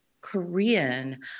Korean